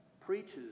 preaches